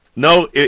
No